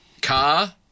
Car